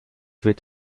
wird